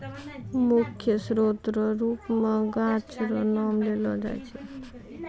मुख्य स्रोत रो रुप मे गाछ रो नाम लेलो जाय छै